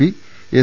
P S